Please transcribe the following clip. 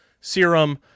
serum